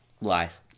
Lies